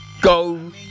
go